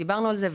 דיברנו על זה.